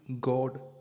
God